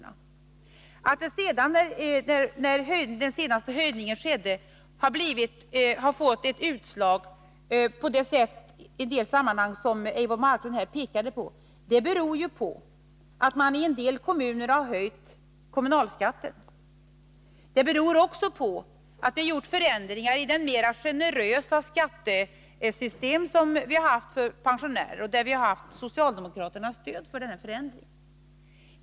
Att det sedan, när den senaste höjningen skedde, har blivit ett sådant utslag som det Eivor Marklund pekade på, beror bl.a. på att en del kommuner höjt kommunalskatten. Det beror också på att det har gjorts förändringar i det mer generösa skattesystem som har gällt för pensionärer — och vi har haft socialdemokraternas stöd för de förändringarna.